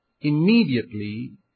immediately